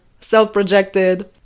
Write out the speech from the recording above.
self-projected